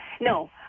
No